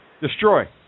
Destroy